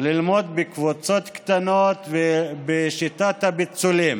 ללמוד בקבוצות קטנות ובשיטת הפיצולים.